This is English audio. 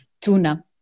tuna